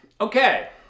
Okay